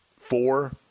four